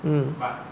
mm